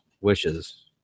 wishes